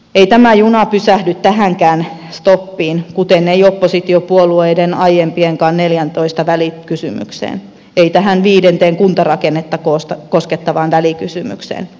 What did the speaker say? ei tämä juna pysähdy tähänkään stoppiin kuten ei oppositiopuolueiden aiempiinkaan neljääntoista välikysymykseen ei tähän viidenteen kuntarakennetta koskettavaan välikysymykseen